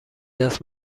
دست